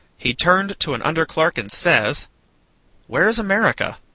he turned to an under clerk and says where is america?